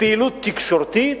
לפעילות תקשורתית,